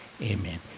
Amen